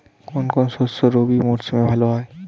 কোন কোন শস্য রবি মরশুমে ভালো হয়?